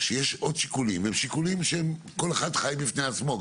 שיש עוד שיקולים והם שיקולים שכול אחד חי בפני עצמו.